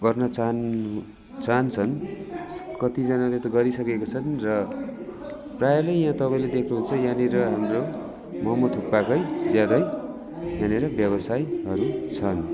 गर्न चाहनु चाहन्छन् कतिजनाले त गरिसकेका छन् र प्रायःले यबाँ तपाईँले देख्नुहुन्छ यहाँनिर हाम्रो मोमो थक्पाकै ज्यादै यहाँनिर व्यवसायहरू छन्